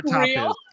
real